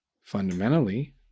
fundamentally